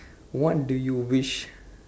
what do you wish